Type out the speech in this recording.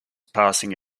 passing